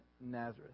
Nazareth